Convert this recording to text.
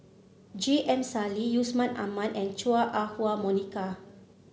J M Sali Yusman Aman and Chua Ah Huwa Monica